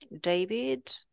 David